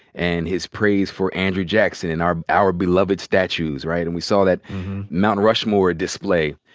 and his praise for andrew jackson, and our our beloved statues, right? and we saw that mount rushmore display.